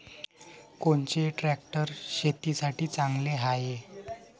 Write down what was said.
कोनचे ट्रॅक्टर शेतीसाठी चांगले हाये?